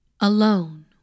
Alone